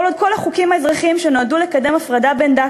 כל עוד כל החוקים האזרחיים שנועדו לקדם הפרדה בין דת